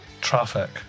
Traffic